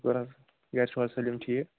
شُکُر حظ گَرِ چھِو حظ سٲلِم ٹھیٖک